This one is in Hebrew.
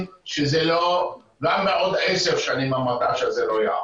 שגם בעוד עשר שנים המט"ש הזה לא יעבוד.